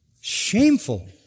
Shameful